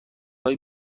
های